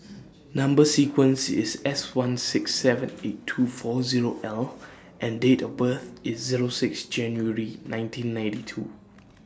Number sequence IS S one six seven eight two four Zero L and Date of birth IS Zero six January nineteen ninety two